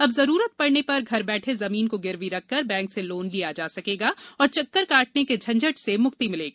अब जरूरत पडऩे पर घर बैठे जमीन को गिरवी रख कर बैंक से लोन लिया जा सकेगा और चक्कर काटने के झंझट से म्क्ति मिलेगी